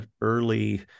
early